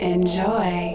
Enjoy